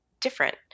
different